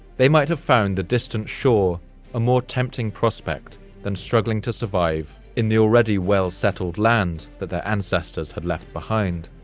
they might have found the distant shore a more tempting prospect than struggling to survive in the already well-settled land that their ancestors had left behind.